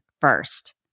first